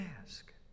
ask